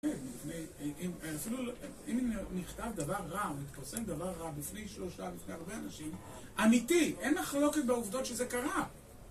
אפילו אם נכתב דבר רע או מתפרסם דבר רע בפני שלושה לפני הרבה אנשים, אמיתי, אין מחלוקת בעובדות שזה קרה